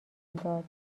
داد